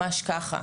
ממש ככה.